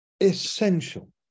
essential